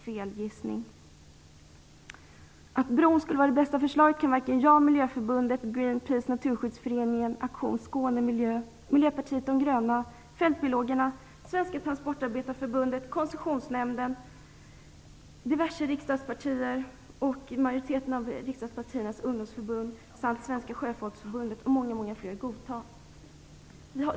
Jag tror inte att den gissningen är helt felaktig. Att bron skulle vara det bästa förslaget kan jag inte godta, och det kan inte heller Miljöförbundet, Sjöfolksförbundet och många, många fler.